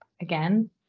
again